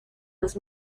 los